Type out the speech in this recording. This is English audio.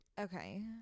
Okay